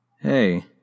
Hey